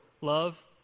love